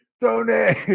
donate